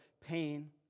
pain